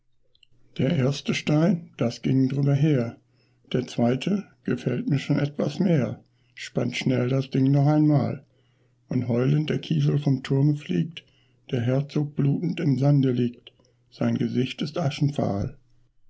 der erste stein das ging drüber her der zweite gefällt mir schon etwas mehr spannt schnell das ding noch einmal und heulend der kiesel vom turme fliegt der herzog blutend im sande liegt sein gesicht ist aschenfahl